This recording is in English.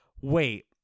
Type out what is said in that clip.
Wait